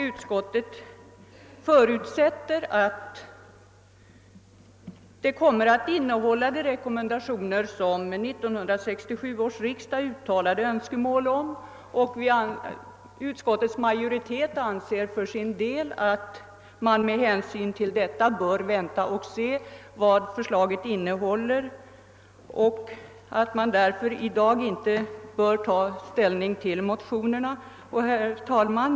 Utskottet förutsätter, att det kommer att beakta de rekommendationer som 1967 års riksdag uttalade önskemål om. Utskottets majoritet anser för sin del att man med hänsyn till detta bör vänta och se vad förslaget innehåller och att man därför i dag inte bör ta ställning till motionerna. Herr talman!